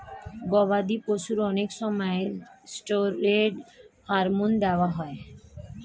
গবাদি পশুর অনেক সময় স্টেরয়েড হরমোন দেওয়া হয়